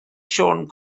siôn